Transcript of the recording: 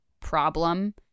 problem